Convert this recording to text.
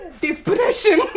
Depression